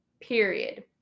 period